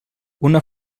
una